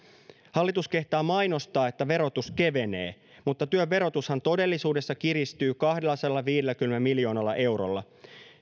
hallitus kehtaa mainostaa että verotus kevenee mutta työn verotushan todellisuudessa kiristyy kahdellasadallaviidelläkymmenellä miljoonalla eurolla